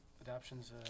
Adoption's